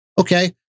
Okay